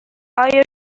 آیا